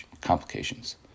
complications